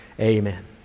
amen